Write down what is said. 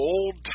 Old